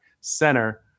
center